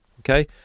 Okay